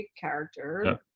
character